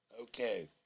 Okay